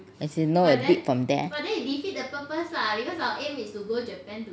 as in know a bit from there